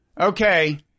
Okay